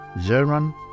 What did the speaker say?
German